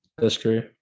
History